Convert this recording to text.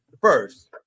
first